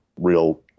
real